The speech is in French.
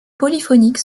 polyphonique